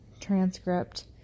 transcript